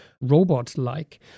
robot-like